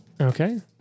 Okay